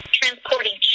transporting